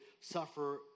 suffer